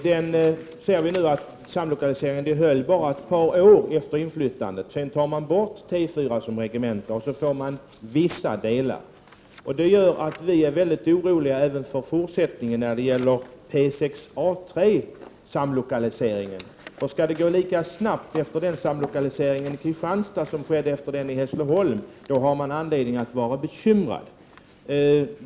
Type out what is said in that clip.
Vi ser nu att samlokaliseringen bara har hållit ett par år efter inflyttandet, och nu vill man ta bort T 4 som regemente — och så blir vissa delar över. Detta gör att vi moderater är oroliga för fortsättningen när det gäller samlokaliseringen av P6 och A 3. Skall det gå lika snabbt efter den samlokaliseringen i Kristianstad som det blev efter samlokaliseringen i Hässleholm, har man anledning att vara bekymrad.